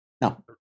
No